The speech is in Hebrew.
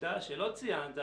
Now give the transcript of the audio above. נקודה שלא ציינת,